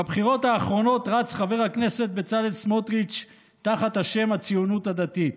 בבחירות האחרונות רץ חבר הכנסת בצלאל סמוטריץ' תחת השם הציונות הדתית.